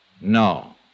No